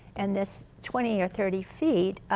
and this twenty or thirty feet